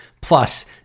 plus